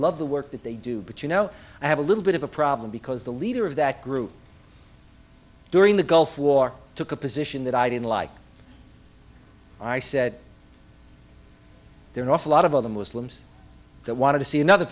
love the work that they do but you know i have a little bit of a problem because the leader of that group during the gulf war took a position that i didn't like i said there are awful lot of other muslims that want to see another